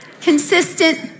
consistent